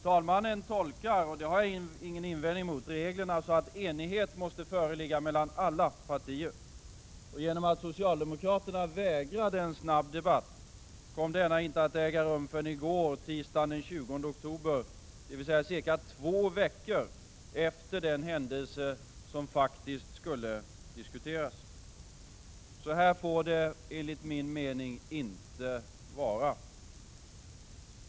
Talmannen tolkar reglerna, vilket jag inte har någon invändning mot, så att enighet måste föreligga mellan alla partier, och genom att socialdemokraterna vägrade en snabb debatt, kom denna inte att äga rum förrän i går, tisdagen den 20 oktober, dvs. cirka två veckor efter den händelse som faktiskt skulle diskuteras. Så här får det, enligt min mening, inte vara.